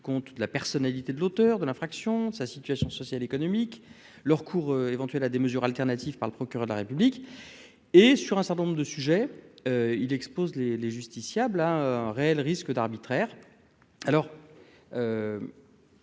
compte de la personnalité de l'auteur de l'infraction, sa situation sociale, économique, le recours éventuel à des mesures alternatives par le procureur de la République et sur un certain nombre de sujets, il expose les les justiciables un réel risque d'arbitraire alors.